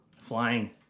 flying